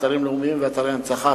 אתרים לאומיים ואתרי הנצחה,